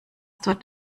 dort